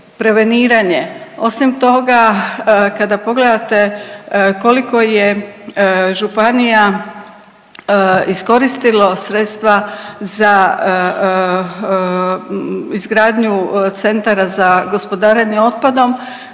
Osim toga kada pogledate koliko je županija iskoristilo sredstva za izgradnju Centara za gospodarenjem otpadom